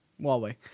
Huawei